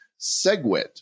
segwit